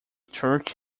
church